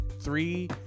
three